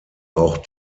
auch